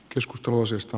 keskustelu uusista